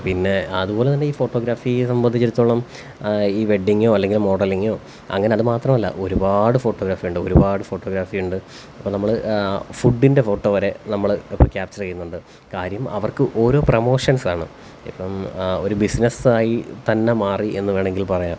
പിന്നെ അതുപോലെതന്നെ ഈ ഫോട്ടോഗ്രാഫിയെ സംബന്ധിച്ചിടത്തോളം ഈ വെഡിങ്ങോ അല്ലെങ്കില് മോഡലിങ്ങോ അങ്ങനെ അതുമാത്രമല്ല ഒരുപാട് ഫോട്ടോഗ്രാഫി ഉണ്ട് ഒരുപാട് ഫോട്ടോഗ്രാഫി ഉണ്ട് അപ്പോൾ നമ്മള് ഫുഡിന്റെ ഫോട്ടോ വരെ നമ്മള് ഇപ്പോൾ ക്യാപ്ച്ചെറ് ചെയ്യുന്നുണ്ട് കാര്യം അവര്ക്ക് ഓരോ പ്രൊമോഷന്സാണ് ഇപ്പം ഒരു ബിസ്നെസായി തന്നെ മാറി എന്ന് വേണമെങ്കില് പറയാം